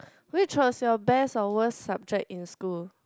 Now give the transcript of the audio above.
which was your best or worst subject in school